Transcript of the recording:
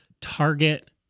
Target